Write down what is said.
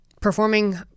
performing